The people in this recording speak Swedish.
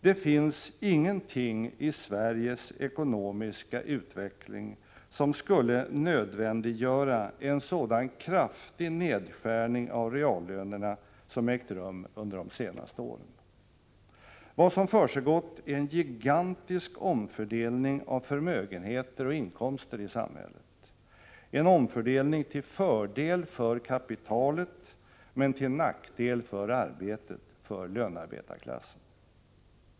Det finns ingenting i Sveriges ekonomiska utveckling som skulle nödvändiggöra en sådan kraftig nedskärning av reallönerna som ägt rum under de senaste åren. Vad som försiggått är en gigantisk omfördelning av förmögenheter och inkomster i samhället — en omfördelning till fördel för kapitalet, men till nackdel för arbetet, för lönarbetarklassen.